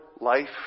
life